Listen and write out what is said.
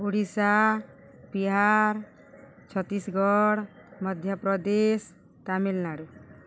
Odisha Bihar Chhattisgarh Madhya Pradesh Tamil Nadu